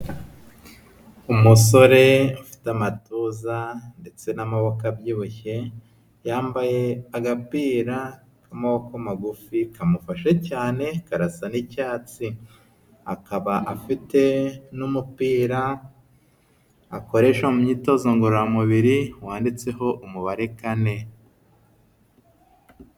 Umusore ufite amatuza ndetse n'amaboko abyibushye, yambaye agapira k'amaboko magufi kamufashe cyane, karasa n'icyatsi, akaba afite n'umupira akoresha mu myitozo ngororamubiri wanditseho umubare kane.